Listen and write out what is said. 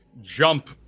jump